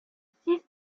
six